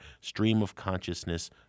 stream-of-consciousness